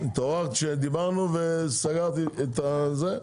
התעוררת כשדיברנו וסגרת את הזה?